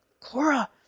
Cora